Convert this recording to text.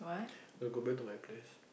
you want go back to my place